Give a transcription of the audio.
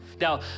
Now